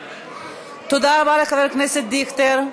תודה רבה לחבר הכנסת דיכטר.